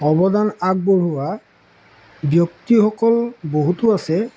অৱদান আগবঢ়োৱা ব্যক্তিসকল বহুতো আছে